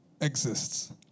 exists